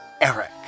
Eric